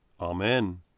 Amen